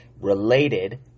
related